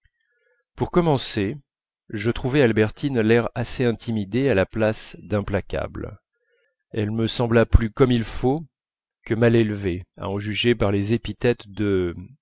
pour commencer je trouvai à albertine l'air assez intimidé à la place d'implacable elle me sembla plus comme il faut que mal élevée à en juger par les épithètes de